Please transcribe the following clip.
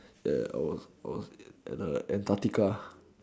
eh I was I was in Antarctica